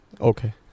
Okay